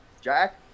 Jack